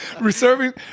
Reserving